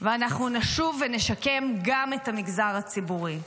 ואנחנו נשוב ונשקם גם את המגזר הציבורי.